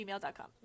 gmail.com